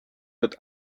wird